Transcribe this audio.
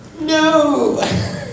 No